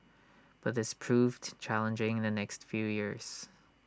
but this proved challenging in the next few years